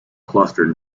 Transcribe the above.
clustered